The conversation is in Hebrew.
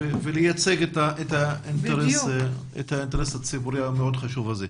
ולייצג את האינטרס הציבורי המאוד חשוב הזה.